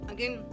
Again